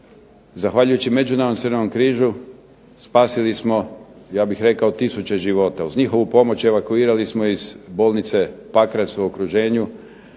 Zahvaljujući Međunarodnom crvenom križu spasili smo, ja bih rekao, tisuće života. Uz njihovu pomoć evakuirali smo iz bolnice Pakrac u okruženju